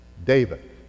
David